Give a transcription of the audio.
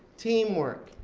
teamwork,